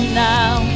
now